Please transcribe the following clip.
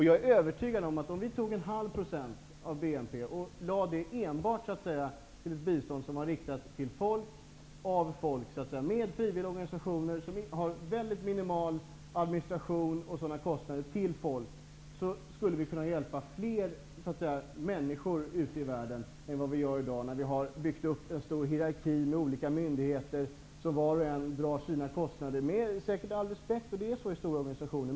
Jag är övertygad om att om vi tog 0,5 % av BNP och bestämde att det skulle gå enbart till bistånd riktat till folk av folk, med frivilligorganisationer som har en minimal administration och minimala kostnader, skulle vi kunna hjälpa fler människor ute i världen än vad vi gör i dag när vi har byggt upp en stor hierarki med olika myndigheter som var och en drar sina kostnader. Det är säkert alldeles korrekt, eftersom det är på det sättet i stora organisationer.